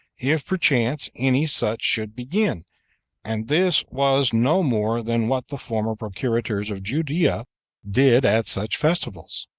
if perchance any such should begin and this was no more than what the former procurators of judea did at such festivals.